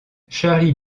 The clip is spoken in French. charlie